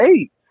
eight